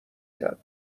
کردم